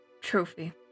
trophy